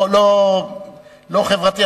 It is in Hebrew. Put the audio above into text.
לא חברתי,